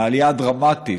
מהעלייה הדרמטית,